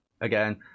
again